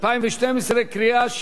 נתקבל.